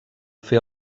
fer